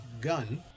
gun